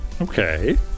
okay